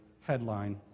headline